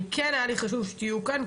כן היה לי חשוב שתהיו כאן,